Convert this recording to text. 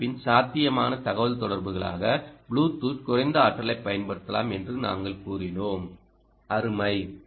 இந்த அமைப்பின் சாத்தியமான தகவல்தொடர்புகளாக புளூடூத் குறைந்த ஆற்றலைப் பயன்படுத்தலாம் என்று நாங்கள் கூறினோம் அருமை